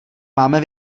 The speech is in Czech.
máme